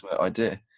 idea